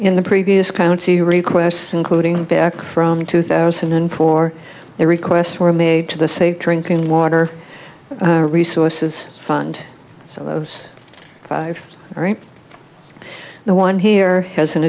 in the previous county requests including back from two thousand and four the requests were made to the safe drinking water resources fund so those five right the one here has an